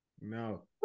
No